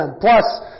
Plus